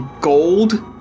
gold